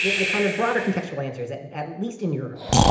the the kind of broader contextual answers at at least in europe,